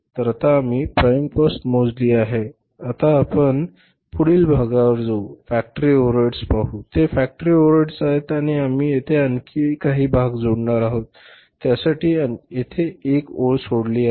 तर आता आम्ही प्राइम कॉस्ट मोजली आहे आता आपण पुढील भागावर जाऊ फॅक्टरी ओव्हरहेड्स पाहू ते फॅक्टरी ओव्हरहेड्स आहेत आणि आम्ही येथे आणखी काही भाग जोडणार आहोत त्यासाठी येथे एक ओळ ठेवली आहे